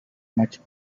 much